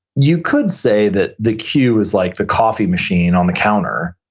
you could say that the cue is like the coffee machine on the counter.